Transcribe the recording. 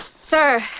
Sir